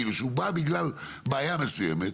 כאילו שהוא בא בגלל בעיה מסוימת,